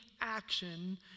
action